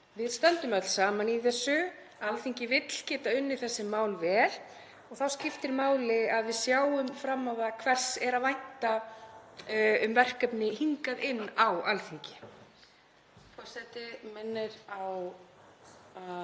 við stöndum öll saman í þessu. Alþingi vill geta unnið þessi mál vel. Þá skiptir máli (Forseti hringir.) að við sjáum fram á það hvers er að vænta um verkefni hingað inn á Alþingi.